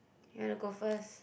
you wanna go first